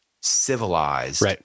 civilized